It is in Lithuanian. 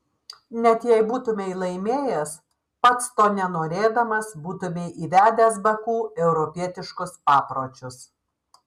net jei būtumei laimėjęs pats to nenorėdamas būtumei įvedęs baku europietiškus papročius